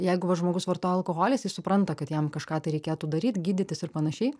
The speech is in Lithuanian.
jeigu va žmogus vartoja alkoholį jis supranta kad jam kažką tai reikėtų daryt gydytis ir panašiai